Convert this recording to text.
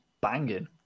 banging